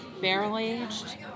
Barrel-aged